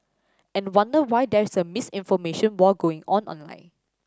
and wonder why there is a misinformation war going on online